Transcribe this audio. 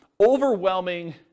overwhelming